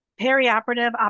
perioperative